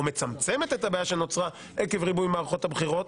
או מצמצמת את הבעיה שנוצרה עקב ריבוי מערכות בחירות,